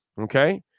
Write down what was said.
Okay